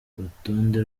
urutonde